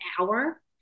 hour